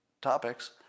topics